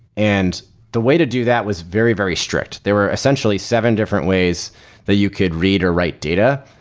and the way to do that was very, very strict. there were essentially seven different ways that you could read or write data.